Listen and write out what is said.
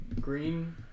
Green